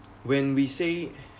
when we say